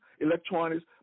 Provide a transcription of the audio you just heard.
electronics